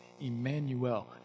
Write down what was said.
Emmanuel